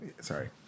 Sorry